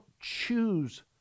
choose